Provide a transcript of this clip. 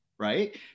Right